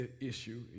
issue